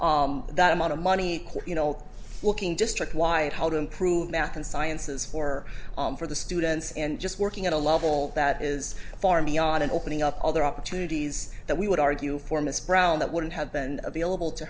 monitoring that amount of money you know looking just like why and how to improve math and sciences for for the students and just working at a level that is farmyard and opening up other opportunities that we would argue for miss brown that wouldn't have been available to